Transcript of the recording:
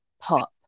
pop